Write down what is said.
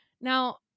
Now